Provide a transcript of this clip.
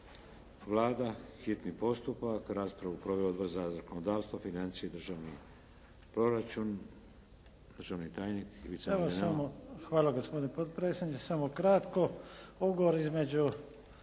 Hvala gospodine potpredsjedniče, samo kratko. Ugovor između